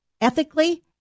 ethically